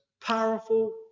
powerful